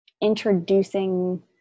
introducing